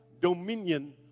dominion